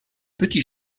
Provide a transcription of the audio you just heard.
petit